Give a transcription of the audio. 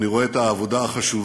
אני רואה את העבודה החשובה,